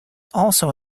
also